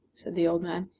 said the old man,